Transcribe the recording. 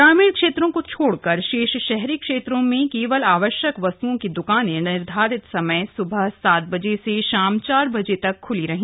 ग्रामीण क्षेत्रों को छोड़कर शेष शहरी क्षेत्रों में केवल आवश्यक वस्त्रों की दुकानें निर्धारित समय सुबह सात बजे से शाम चार बजे तक ख्लीं रहीं